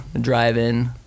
drive-in